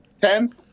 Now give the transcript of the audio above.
ten